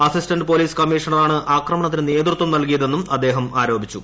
assistant police കമ്മീഷണറാണ് ആക്രമണത്തിനു നേതൃത്വം നൽകിയതെന്നും അദ്ദേഹം ആരോപിച്ചു